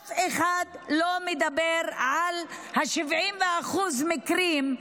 ואף אחד לא מדבר על 70% מהמקרים,